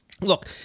look